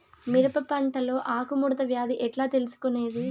మిరప పంటలో ఆకు ముడత వ్యాధి ఎట్లా తెలుసుకొనేది?